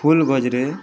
ଫୁଲ୍ ଗଜରେ